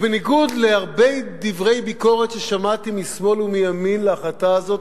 ובניגוד להרבה דברי ביקורת ששמעתי משמאל ומימין על ההחלטה הזאת,